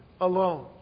alone